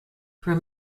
from